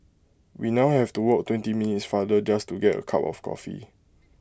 we now have to walk twenty minutes farther just to get A cup of coffee